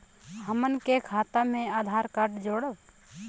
हमन के खाता मे आधार कार्ड जोड़ब?